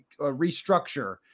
restructure